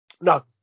No